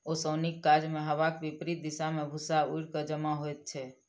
ओसौनीक काजमे हवाक विपरित दिशा मे भूस्सा उड़ि क जमा होइत छै